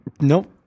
Nope